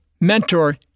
mentor